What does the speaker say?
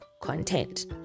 content